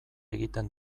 egiten